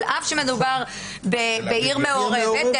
על אף שמדובר בעיר מעורבת,